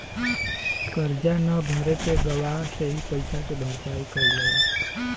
करजा न भरे पे गवाह से ही पइसा के भरपाई कईल जाला